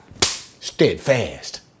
steadfast